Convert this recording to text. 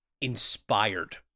inspired